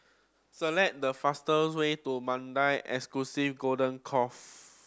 select the fastest way to Mandai Course